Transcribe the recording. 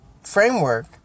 framework